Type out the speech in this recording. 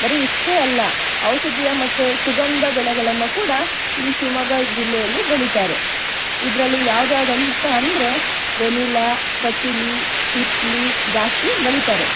ಬರಿ ಇಷ್ಟೇ ಅಲ್ಲ ಔಷಧೀಯ ಮತ್ತು ಸುಗಂಧ ಬೆಳೆಗಳನ್ನು ಕೂಡ ಈ ಶಿವಮೊಗ್ಗ ಜಿಲ್ಲೆಯಲ್ಲಿ ಬೆಳೀತಾರೆ ಇದರಲ್ಲಿ ಯಾವುದ್ಯಾವುದಂತ ಅಂದರೆ ವೆನಿಲಾ ಪಚೌಲಿ ಹಿಪ್ಪಲಿ ಜಾಸ್ತಿ ಬೆಳೀತಾರೆ